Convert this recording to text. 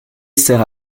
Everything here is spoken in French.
sert